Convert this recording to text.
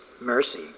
mercy